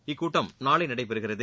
இக்கூட்டம் நாளை நடைபெறுகிறது